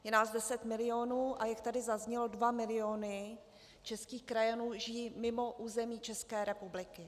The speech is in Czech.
Je nás deset milionů, a jak tady zaznělo, dva miliony českých krajanů žijí mimo území České republiky.